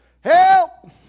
help